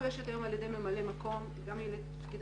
המשרה מאוישת היום על ידי ממלא מקום שמילא תפקיד